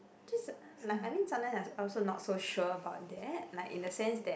just like I mean sometimes I'm also not so sure about that like in the sense that just